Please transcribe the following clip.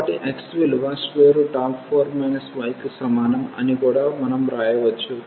కాబట్టి x విలువ 4 y కి సమానం అని కూడా మనం వ్రాయవచ్చు